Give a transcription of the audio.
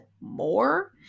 more